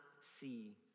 see